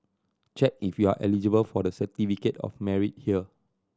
check if you are eligible for the Certificate of Merit here